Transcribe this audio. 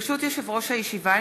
ברשות יושב-ראש הישיבה,